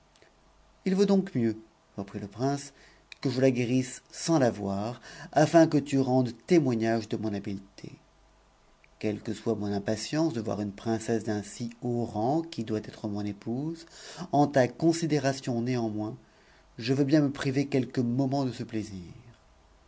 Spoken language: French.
it vaut donc mieux reprit le prince que je la guérisse sans la voir n que tu rendes témoignage de mon habileté quelle que soit mon im atipnce de voir une princesse d'un si haut rang qui doit être mon épouse u ta considération néanmoins je veux bien me priver quelques moments te ce